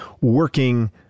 working